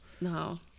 no